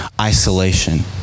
isolation